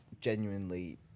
genuinely